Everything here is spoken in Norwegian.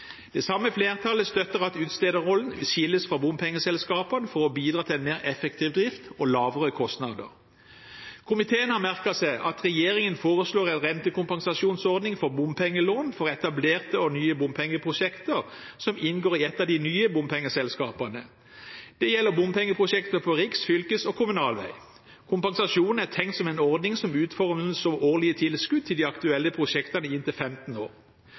Det samme flertallet støtter at utstederrollen skilles fra bompengeselskapene for å bidra til en mer effektiv drift og lavere kostnader. Komiteen har merket seg at regjeringen foreslår en rentekompensasjonsordning for bompengelån for etablerte og nye bompengeprosjekter som inngår i et av de nye bompengeselskapene. Det gjelder bompengeprosjekter på riksvei, fylkesvei og kommunal vei. Kompensasjonen er tenkt som en ordning som utformes som årlige tilskudd til de aktuelle prosjektene i inntil 15 år.